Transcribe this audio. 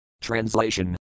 Translation